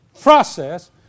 process